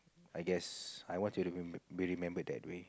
I guess I want to remembered be remembered that way